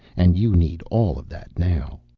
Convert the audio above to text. and you need all of that now.